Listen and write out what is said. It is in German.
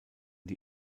die